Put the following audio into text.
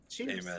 amen